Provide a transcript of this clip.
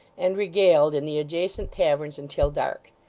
and regaled in the adjacent taverns until dark.